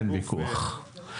אין ויכוח.